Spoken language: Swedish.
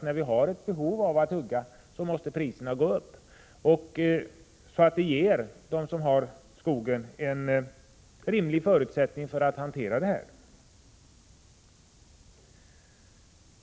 När vi har ett behov av att hugga måste priserna gå upp, så att de som äger skogen får en rimlig förutsättning för att kunna hantera verksamheten.